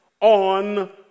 on